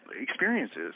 experiences